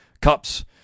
cups